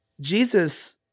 Jesus